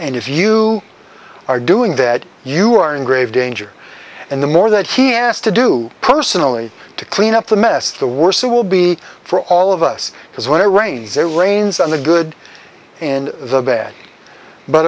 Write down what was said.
and if you are doing that you are in grave danger and the more that he asked to do personally to clean up the mess the worse it will be for all of us because when i rains there rains on the good and the bad but